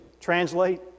Translate